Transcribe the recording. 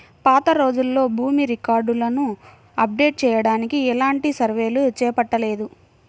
పాతరోజుల్లో భూమి రికార్డులను అప్డేట్ చెయ్యడానికి ఎలాంటి సర్వేలు చేపట్టలేదు